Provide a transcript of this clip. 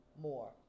more